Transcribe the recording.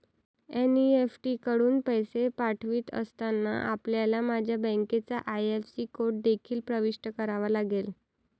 NEFT कडून पैसे पाठवित असताना, आपल्याला माझ्या बँकेचा आई.एफ.एस.सी कोड देखील प्रविष्ट करावा लागेल